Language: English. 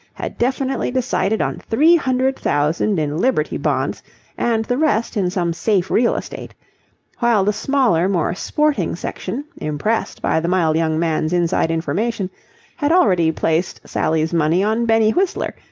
had definitely decided on three hundred thousand in liberty bonds and the rest in some safe real estate while the smaller, more sporting section, impressed by the mild young man's inside information had already placed sally's money on benny whistler,